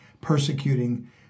persecuting